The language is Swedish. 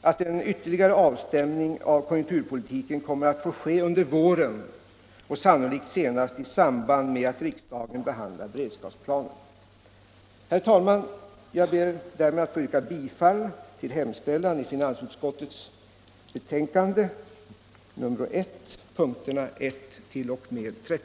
att en ytterligare avstämning av konjunkturpolitiken kommer att få ske under våren och sannolikt senast i samband med att riksdagen behandlar beredskapsplanen. Herr talman! Jag ber härmed att få yrka bifall till hemställan i finansutskottets betänkande nr 1, punkterna 1-13.